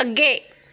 ਅੱਗੇ